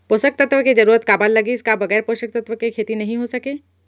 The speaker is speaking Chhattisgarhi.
पोसक तत्व के जरूरत काबर लगिस, का बगैर पोसक तत्व के खेती नही हो सके?